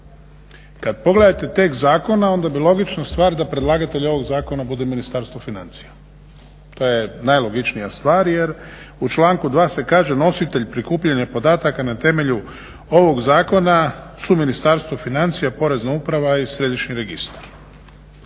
Kad pogledate tekst zakona onda je logična stvar da predlagatelj ovog zakona bude Ministarstvo financija, to je najlogičnija stvar jer u članku 2. se kaže nositelj prikupljanja podataka na temelju ovog zakona su Ministarstvo financija, Porezna uprava i središnji registar.